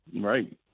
right